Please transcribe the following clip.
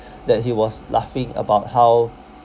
that he was laughing about how